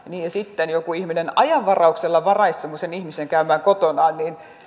niin sitten joku ihminen ajanvarauksella varaisi semmoisen ihmisen käymään kotonaan